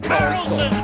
Carlson